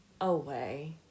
away